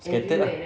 scattered ah